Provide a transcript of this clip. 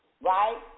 right